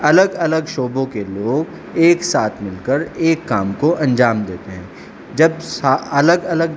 الگ الگ شعبوں کے لوگ ایک ساتھ مل کر ایک کام کو انجام دیتے ہیں جب سا الگ الگ